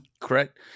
correct